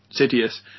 Sidious